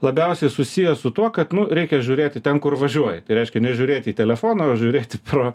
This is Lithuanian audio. labiausiai susijęs su tuo kad nu reikia žiūrėti ten kur važiuoji tai reiškia nežiūrėti į telefoną o žiūrėti pro